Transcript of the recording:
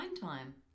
Time